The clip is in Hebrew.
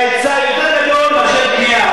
היה היצע יותר גדול מאשר קנייה,